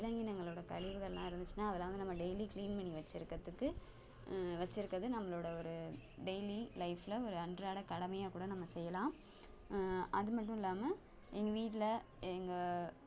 விலங்கினகங்களோடய கழிவுகள்லாம் இருந்துச்சுன்னா அதெல்லாம் நம்ம டெய்லி க்ளீன் பண்ணி வச்சுருக்கறத்துக்கு வச்சுருக்கறது நம்மளோடய ஒரு டெய்லி லைஃப்பில் ஒரு அன்றாட கடமையாக கூட நம்ம செய்யலாம் அது மட்டும் இல்லாமல் எங்கள் வீட்டில் எங்கள்